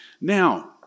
Now